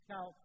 Now